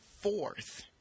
fourth